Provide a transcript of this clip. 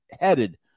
headed